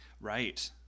Right